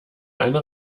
eine